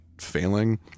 failing